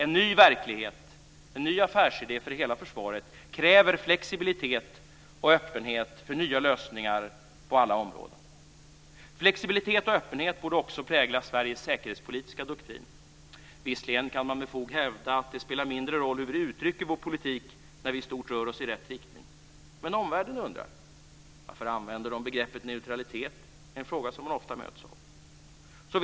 En ny verklighet - en ny "affärsidé" - för hela försvaret kräver flexibilitet och öppenhet för nya lösningar på alla områden. Flexibilitet och öppenhet borde också prägla Sveriges säkerhetspolitiska doktrin. Visserligen kan vi med fog hävda att det spelar mindre roll hur vi uttrycker vår politik när vi i stort rör oss i rätt riktning. Men omvärlden undrar. Varför begreppet neutralitet används är en fråga som man ofta möts av.